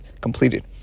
completed